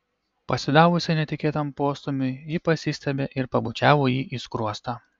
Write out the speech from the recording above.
pasidavusi netikėtam postūmiui ji pasistiebė ir pabučiavo jį į skruostą